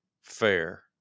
fair